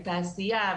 התעשייה,